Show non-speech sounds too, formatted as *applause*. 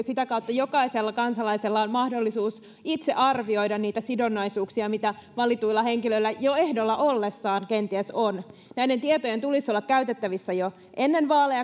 *unintelligible* sitä kautta jokaisella kansalaisella on mahdollisuus itse arvioida niitä sidonnaisuuksia mitä valituilla henkilöillä jo ehdolla ollessaan kenties on näiden tietojen tulisi olla käytettävissä kansalaisilla ja tiedotusvälineillä jo ennen vaaleja *unintelligible*